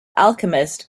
alchemist